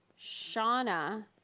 Shauna